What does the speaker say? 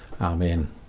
Amen